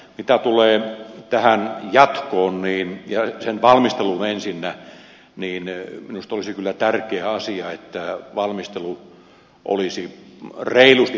mitä tulee tähän jatkoon ja sen valmisteluun ensinnä niin minusta olisi kyllä tärkeä asia että valmistelu olisi reilusti parlamentaarisella pohjalla